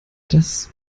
das